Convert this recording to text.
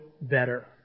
better